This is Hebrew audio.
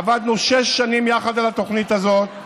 עבדנו שש שנים יחד על התוכנית הזאת,